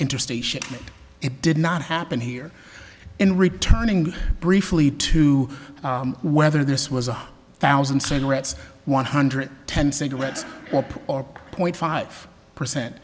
interstate shipment it did not happen here in returning briefly to whether this was a thousand cigarettes one hundred ten cigarettes or point five percent